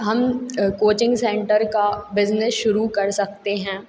हम coaching centre का business शुरू कर सकते हैं